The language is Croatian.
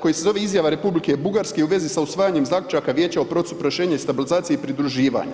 koji se zove Izjava Republike Bugarske u vezi sa usvajanjem zaključaka vijeća o procesu proširenja i stabilizacije i pridruživanja.